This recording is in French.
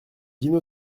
dino